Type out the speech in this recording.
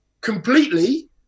completely